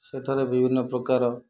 ସେଠାରେ ବିଭିନ୍ନପ୍ରକାର